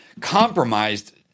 compromised